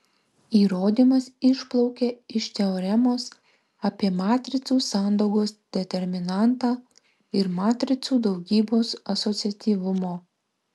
įrodymas išplaukia iš teoremos apie matricų sandaugos determinantą ir matricų daugybos asociatyvumo